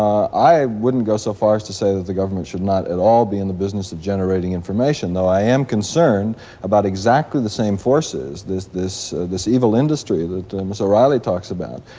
i wouldn't go so far as to say that the government should not at all be in the business of generating information, though i am concerned about exactly the same forces, this this evil industry that miss o'reilly talks about,